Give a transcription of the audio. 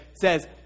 says